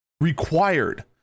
required